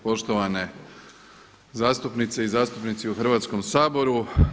Poštovane zastupnice i zastupnici u Hrvatskom saboru.